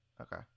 okay